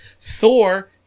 Thor